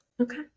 Okay